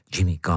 Jimmy